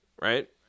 Right